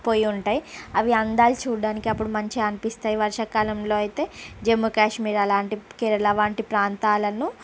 పోయి ఉంటాయి అవి అందాలు చూడడానికి అప్పుడు మంచి అనిపిస్తాయి వర్షాకాలంలో అయితే జమ్మూ కాశ్మీర్ అలాంటి కేరళ లాంటి ప్రాంతాలను